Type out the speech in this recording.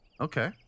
Okay